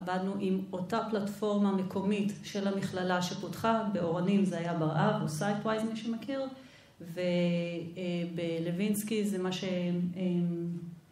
עבדנו עם אותה פלטפורמה מקומית של המכללה שפותחה באורנים, זה היה בראב, הוא site wise מי שמכיר ובלווינסקי זה מה שהם